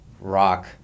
rock